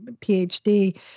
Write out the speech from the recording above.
PhD